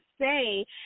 say